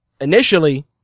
initially